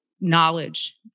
knowledge